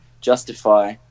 justify